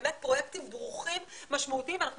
באמת פרויקטים ברוכים ומשמעותיים ואנחנו